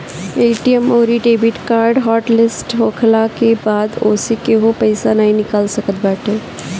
ATM अउरी debit card hot list होखला के बाद ओसे केहू पईसा नाइ निकाल सकत बाटे